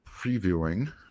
previewing